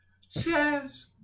says